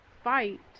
fight